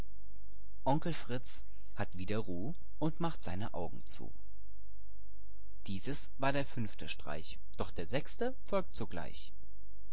onkel fritz hat wieder ruh und macht seine augen zu dieses war der fünfte streich doch der sechste folgt sogleich